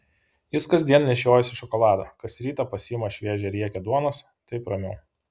jis kasdien nešiojasi šokoladą kas rytą pasiima šviežią riekę duonos taip ramiau